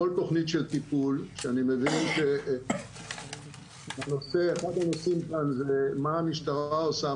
כל תוכנית טיפול - אני מבין שאחד הנושאים כאן זה מה המשטרה עושה,